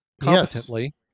competently